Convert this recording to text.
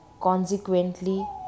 consequently